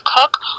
cook